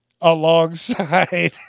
alongside